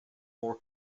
more